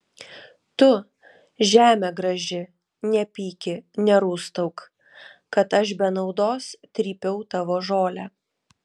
tu žeme graži nepyki nerūstauk kad aš be naudos trypiau tavo žolę